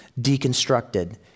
deconstructed